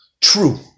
true